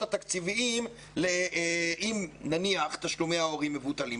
התקציביים אם תשלומי ההורים מבוטלים.